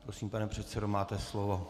Prosím, pane předsedo, máte slovo.